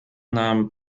nahm